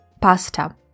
Pasta